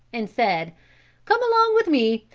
and said come along with me.